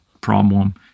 problem